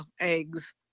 eggs